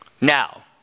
Now